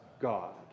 God